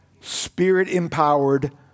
spirit-empowered